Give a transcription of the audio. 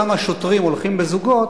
למה שוטרים הולכים בזוגות,